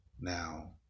Now